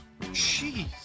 Jeez